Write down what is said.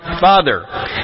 Father